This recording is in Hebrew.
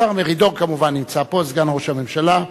השר מרידור כמובן נמצא פה, סגן ראש הממשלה,